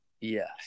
Yes